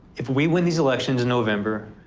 if we win these elections in november,